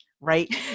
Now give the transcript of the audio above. right